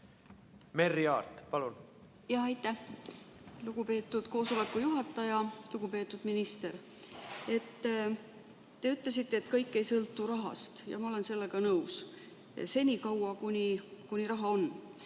Merry Aart, palun! Aitäh, lugupeetud koosoleku juhataja! Lugupeetud minister! Te ütlesite, et kõik ei sõltu rahast, ja ma olen sellega nõus – senikaua, kuni raha on.